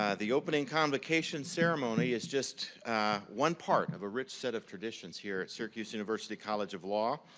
ah the opening convocation ceremony is just one part of a rich set of traditions here at syracuse university college of law.